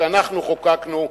שאנחנו חוקקנו,